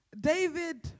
David